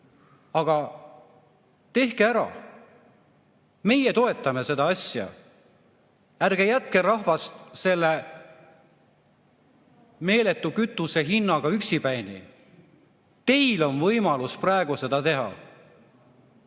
Aga tehke ära. Meie toetame seda asja. Ärge jätke rahvast selle meeletu kütusehinnaga üksipäini. Teil on võimalus praegu seda teha.